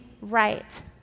right